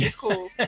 cool